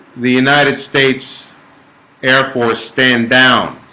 the united states air force stand down